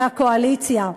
מהקואליציה: